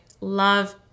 Love